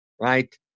right